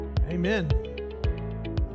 Amen